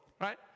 right